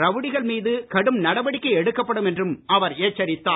ரவுடிகள் மீது கடும் நடவடிக்கை எடுக்கப்படும் என்றும் அவர் எச்சரித்தார்